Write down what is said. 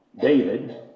David